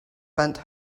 bent